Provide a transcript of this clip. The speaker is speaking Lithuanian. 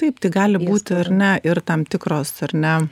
taip tai gali būti ar ne ir tam tikros ar ne